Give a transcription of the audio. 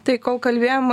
tai kol kalbėjom